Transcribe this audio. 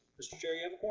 mr. chairman and